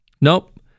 nope